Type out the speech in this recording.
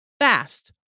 fast